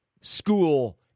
school